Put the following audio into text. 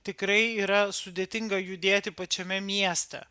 tikrai yra sudėtinga judėti pačiame mieste